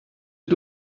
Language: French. est